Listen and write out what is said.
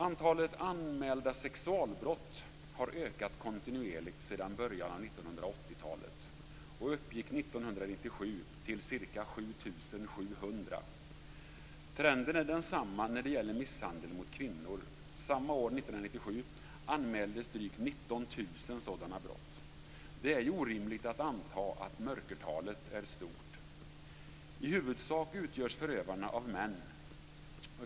Antalet anmälda sexualbrott har ökat kontinuerligt sedan början av 1980-talet och uppgick 1997 till ca 7 700. Trenden är densamma när det gäller misshandel av kvinnor. År 1997 anmäldes drygt 19 000 sådana brott. Det är rimligt att anta att mörkertalet är stort. I huvudsak utgörs förövarna av män.